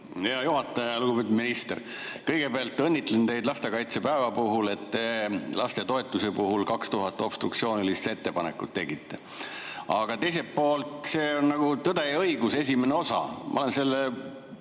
Hea juhataja! Lugupeetud minister! Kõigepealt õnnitlen teid lastekaitsepäeva puhul, et te lastetoetuse puhul 2000 obstruktsioonilist ettepanekut tegite. Aga teiselt poolt, see on nagu "Tõde ja õigus", esimene osa. Ma olen selle